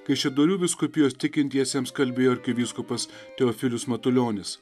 kaišiadorių vyskupijos tikintiesiems kalbėjo arkivyskupas teofilius matulionis